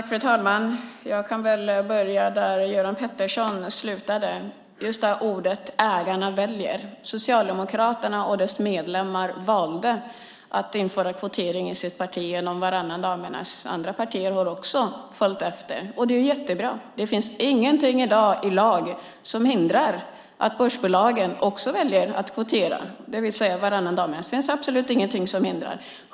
Fru talman! Jag kan börja där Göran Pettersson slutade, nämligen med att ägarna väljer. Socialdemokraternas medlemmar valde att införa kvotering i sitt parti genom varannan damernas. Andra partier har följt efter. Det är jättebra. Det finns i dag ingenting i lag som hindrar att börsbolagen också väljer att kvotera och tillämpa varannan damernas. Det finns absolut ingenting som hindrar.